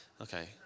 Okay